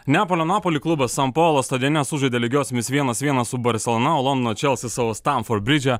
neapolio napoli klubas san paulo stadione sužaidė lygiosiomis vienas vienas su barselona o londono čealsis savo stamford bridge